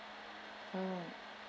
mm